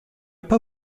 pas